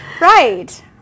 Right